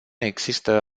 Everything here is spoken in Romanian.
există